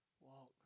Walk